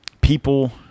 people